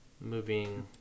moving